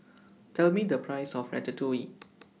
Tell Me The Price of Ratatouille